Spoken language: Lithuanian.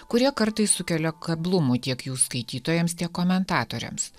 kurie kartais sukelia keblumų tiek jų skaitytojams tiek komentatoriams